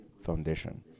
foundation